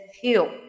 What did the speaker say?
heal